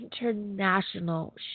international